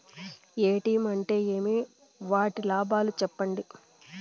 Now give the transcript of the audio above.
ATM అంటే ఏమి? వాటి లాభాలు సెప్పండి?